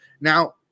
Now